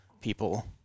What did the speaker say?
people